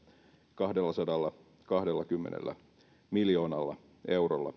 kahdellasadallakahdellakymmenellä miljoonalla eurolla